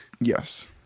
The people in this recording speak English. Yes